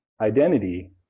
identity